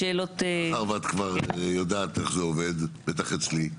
מטי, מאחר ואת כבר יודעת איך זה עובד, בטח אצלי,